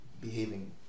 behaving